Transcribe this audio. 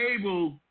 able